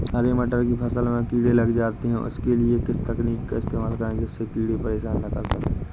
हरे मटर की फसल में कीड़े लग जाते हैं उसके लिए किस तकनीक का इस्तेमाल करें जिससे कीड़े परेशान ना कर सके?